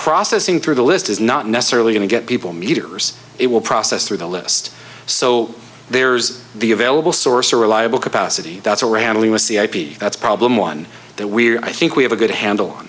processing through the list is not necessarily going to get people meters it will process through the list so there's the available source or reliable capacity that's around with the ip that's problem one that we're i think we have a good handle on